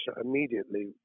immediately